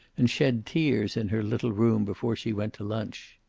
and shed tears in her little room before she went to lunch.